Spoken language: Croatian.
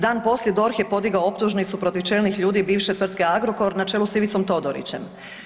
Dan poslije DORH je podigao optužnicu protiv čelnih ljudi bivše tvrtke Agrokor na čelu s Ivicom Todorićem.